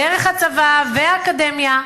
דרך הצבא והאקדמיה,